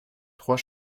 trois